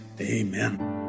amen